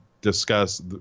discuss